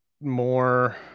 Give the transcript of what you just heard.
more